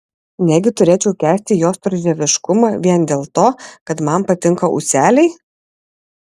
negi turėčiau kęsti jo storžieviškumą vien dėl to kad man patinka ūseliai